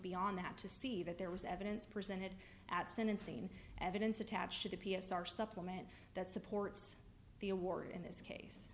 beyond that to see that there was evidence presented at sentencing evidence attached to the p s r supplement that supports the award in this case